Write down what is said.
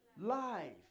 Life